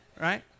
right